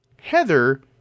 Heather